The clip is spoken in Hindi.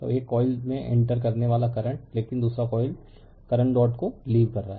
तो एक कॉइल में इंटर करने वाला करंट लेकिन दूसरा कॉइल करंट डॉट को लीव कर देता है